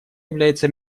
является